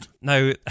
Now